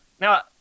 Now